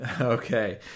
Okay